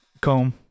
comb